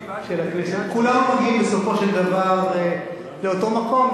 כולם מגיעים בסופו של דבר לאותו מקום,